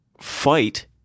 fight